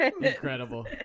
Incredible